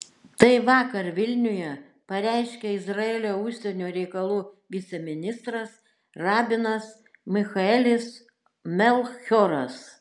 tai vakar vilniuje pareiškė izraelio užsienio reikalų viceministras rabinas michaelis melchioras